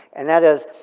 and that is,